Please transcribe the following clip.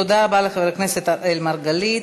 תודה רבה לחבר הכנסת אראל מרגלית.